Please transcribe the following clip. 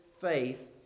faith